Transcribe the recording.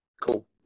cool